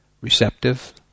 receptive